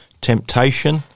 temptation